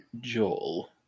Joel